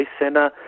Center